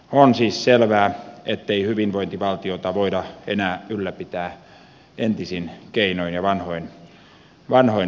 on siis selvää ettei hyvinvointivaltiota voida enää ylläpitää entisin keinoin ja vanhoin rakentein